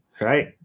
Right